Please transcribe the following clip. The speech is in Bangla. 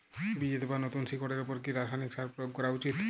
বীজ অথবা নতুন শিকড় এর উপর কি রাসায়ানিক সার প্রয়োগ করা উচিৎ?